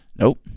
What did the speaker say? Nope